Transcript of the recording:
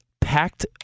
packed